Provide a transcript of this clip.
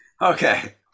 okay